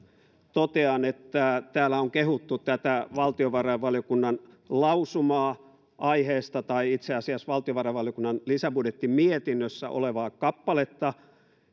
totean että täällä on kehuttu tätä valtiovarainvaliokunnan lausumaa aiheesta tai itse asiassa valtiovarainvaliokunnan lisäbudjettimietinnössä olevaa kappaletta